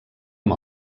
amb